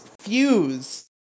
fuse